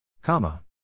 comma